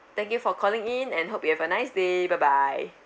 thank you for calling in and hope you have a nice day bye bye